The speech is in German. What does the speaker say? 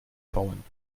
bauen